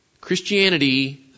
Christianity